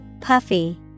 Puffy